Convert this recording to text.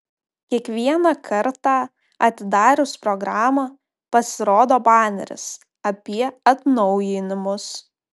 kiekvieną kartą atidarius programą pasirodo baneris apie atnaujinimus